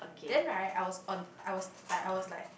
then right I was on I was like I was like